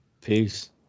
Peace